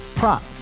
Prop